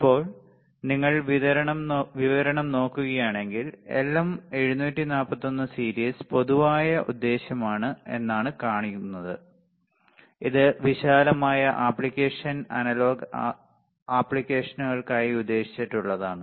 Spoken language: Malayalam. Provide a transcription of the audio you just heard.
ഇപ്പോൾ നിങ്ങൾ വിവരണം നോക്കുകയാണെങ്കിൽ എൽഎം 741 സീരീസ് പൊതുവായ ഉദ്ദേശ്യമാണ് എന്നാണു കാണുന്നത് ഇത് വിശാലമായ ആപ്ലിക്കേഷൻ അനലോഗ് ആപ്ലിക്കേഷനുകൾക്കായി ഉദ്ദേശിച്ചുള്ളതാണ്